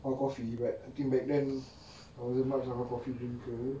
or coffee but I think back then I wasn't much of a coffee drinker